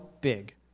Big